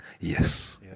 Yes